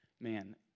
Man